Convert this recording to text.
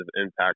impact